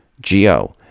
G-O